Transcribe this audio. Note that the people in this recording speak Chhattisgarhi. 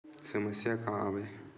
समस्या का आवे?